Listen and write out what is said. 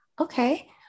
Okay